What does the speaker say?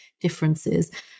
differences